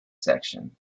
section